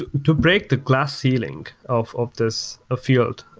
to break the glass ceiling of of this field,